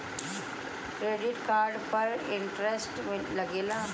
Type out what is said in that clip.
Credit card पर interest लागेला?